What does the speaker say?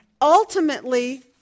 Ultimately